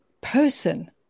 person